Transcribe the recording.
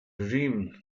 rim